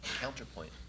Counterpoint